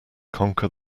conquer